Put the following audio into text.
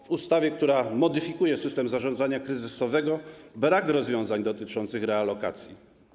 W ustawie, która modyfikuje system zarządzania kryzysowego, brak rozwiązań dotyczących realokacji.